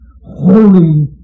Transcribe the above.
Holy